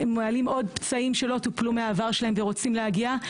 מעלים עוד פצעים שלא טופלו מהעבר שלכם ורוצים להגיע.